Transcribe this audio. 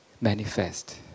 manifest